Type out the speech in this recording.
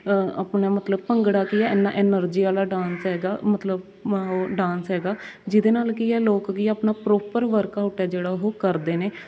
ਆਪਣਾ ਮਤਲਬ ਭੰਗੜਾ ਕੀ ਹੈ ਇੰਨਾਂ ਐਨਰਜੀ ਵਾਲਾ ਡਾਂਸ ਹੈਗਾ ਮਤਲਬ ਮ ਉਹ ਡਾਂਸ ਹੈਗਾ ਜਿਹਦੇ ਨਾਲ਼ ਕੀ ਹੈ ਲੋਕ ਕੀ ਹੈ ਆਪਣਾ ਪ੍ਰੋਪਰ ਵਰਕਆਊਟ ਹੈ ਜਿਹੜਾ ਉਹ ਕਰਦੇ ਨੇ